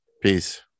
Peace